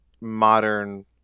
modern